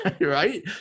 right